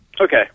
Okay